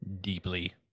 Deeply